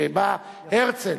כשהרצל,